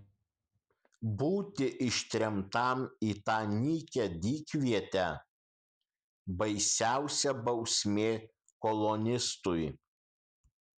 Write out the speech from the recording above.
būti ištremtam į tą nykią dykvietę baisiausia bausmė kolonistui